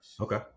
okay